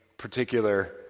particular